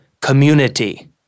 community